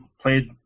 played